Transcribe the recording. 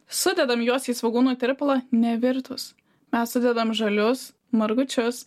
sudedam juos į svogūnų tirpalą nevirtus mes sudedam žalius margučius